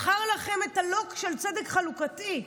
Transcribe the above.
מכר לכם את הלוקש על צדק חלוקתי?